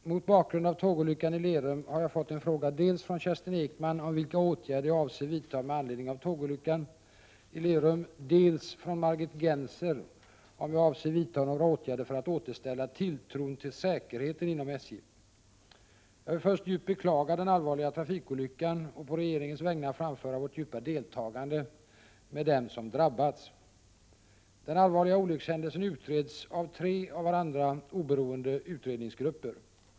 Herr talman! Mot bakgrund av tågolyckan i Lerum har jag fått en fråga dels från Kerstin Ekman om vilka åtgärder jag avser vidta med anledning av tågolyckan i Lerum, dels från Margit Gennser om jag avser vidta några säkerhetsåtgärder för att återställa tilltron till säkerheten inom SJ. Jag vill först djupt beklaga den allvarliga trafikolyckan och på regeringens vägnar framföra regeringens djupa deltagande med dem som drabbats. Den allvarliga olyckshändelsen utreds av tre av varandra oberoende utredningsgrupper.